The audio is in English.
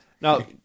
Now